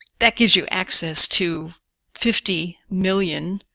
that gives you access to fifty million